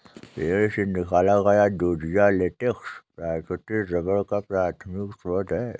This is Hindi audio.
पेड़ से निकाला गया दूधिया लेटेक्स प्राकृतिक रबर का प्राथमिक स्रोत है